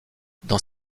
dans